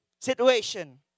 situation